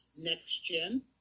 next-gen